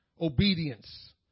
Obedience